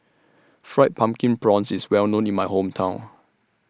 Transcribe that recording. Fried Pumpkin Prawns IS Well known in My Hometown